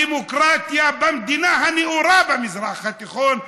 הדמוקרטיה במדינה הנאורה במזרח התיכון,